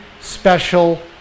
special